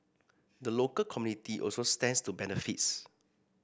the local community also stands to benefits